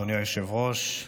אדוני היושב-ראש,